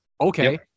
Okay